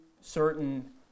certain